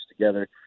together